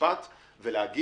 למשפט ולומר: